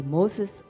Moses